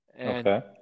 Okay